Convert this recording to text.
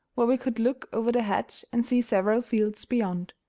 where we could look over the hedge and see several fields beyond.